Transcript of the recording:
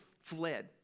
fled